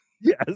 Yes